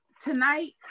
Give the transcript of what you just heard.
Tonight